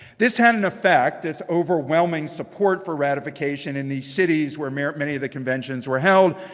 this had an effect, this overwhelming support for ratification, in these cities where many of the conventions were held,